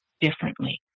differently